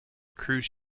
cruise